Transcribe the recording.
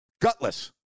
Gutless